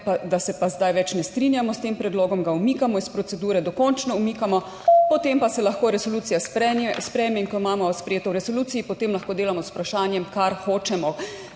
da se pa zdaj več ne strinjamo s tem predlogom, ga umikamo iz procedure, dokončno umikamo. Potem pa se lahko resolucija sprejme. In ko imamo sprejeto v resoluciji, potem lahko delamo z vprašanjem kar hočemo."